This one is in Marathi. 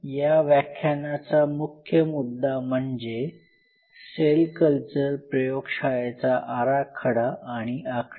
या व्याख्यानाचा मुख्य मुद्दा म्हणजे सेल कल्चर प्रयोगशाळेचा आराखडा आणि आखणी